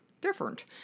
different